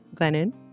Glennon